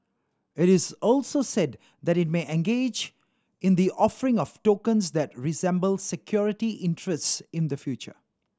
it is also said that it may engage in the offering of tokens that resemble security interests in the future